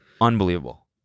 Unbelievable